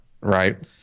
right